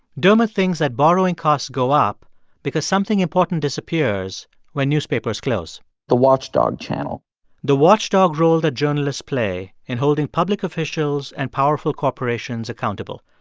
dermot thinks that borrowing costs go up because something important disappears when newspapers close the watchdog channel the watchdog role that journalists play in holding public officials and powerful corporations accountable.